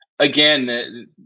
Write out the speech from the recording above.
Again